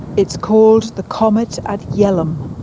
it's called the comet at yell'ham.